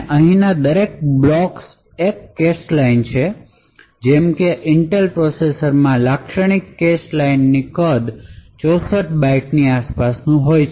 અહીંના દરેક બ્લોક્સ એક કેશ લાઇન છે જેમ કે ઇન્ટેલ પ્રોસેસરમાં લાક્ષણિક કેશ લાઇન કદ 64 બાઇટ્સ ની આસપાસ છે